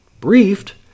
briefed